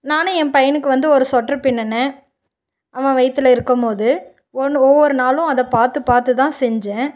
நானும் என் பையனுக்கு வந்து ஒரு சொட்ரு பின்னினேன் அவன் வயிற்றுல இருக்கும்போது ஒன்று ஒவ்வொரு நாளும் அதை பார்த்து பார்த்து தான் செஞ்சேன்